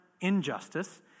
injustice